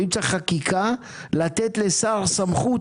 ואם צריך חקיקה לתת לשר סמכות.